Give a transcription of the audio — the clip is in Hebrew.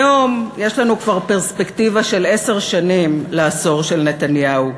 היום יש לנו כבר פרספקטיבה של עשר שנים לעשור של נתניהו,